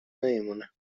نمیمونه